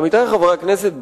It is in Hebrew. עמיתי חברי הכנסת,